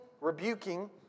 rebuking